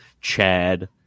Chad